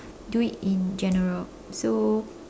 do it in general so